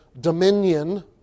dominion